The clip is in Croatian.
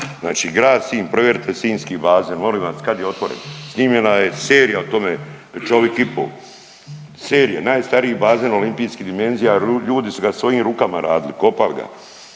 Znači grad Sinj, provjerite sinjski bazen molim vas kad je otvoren, snimljena je serija o tome Čovik i po, serija, najstariji bazen olimpijskih dimenzija, ljudi su ga svojim rukama radili, kopali ga.